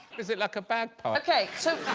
is it like a bag? okay, so